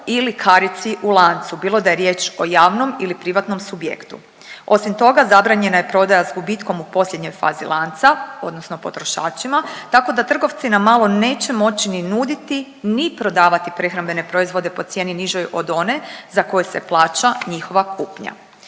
ili karici u lancu bilo da je riječ o javnom ili privatnom subjektu. Osim toga zabranjena je prodaja s gubitkom u posljednjoj fazi lanca odnosno potrošačima, tako da trgovci na malo neće moći ni nuditi, ni prodavati prehrambene proizvode po cijeni nižoj od one za koje se plaća njihova kupnja.